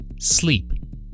sleep